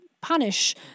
punish